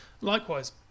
Likewise